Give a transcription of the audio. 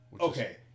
okay